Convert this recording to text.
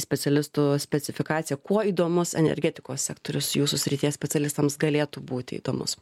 specialistų specifikaciją kuo įdomus energetikos sektorius jūsų srities specialistams galėtų būti įdomus